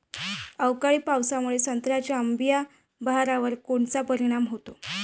अवकाळी पावसामुळे संत्र्याच्या अंबीया बहारावर कोनचा परिणाम होतो?